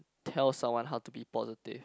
tell someone how to be positive